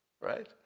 right